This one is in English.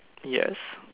yes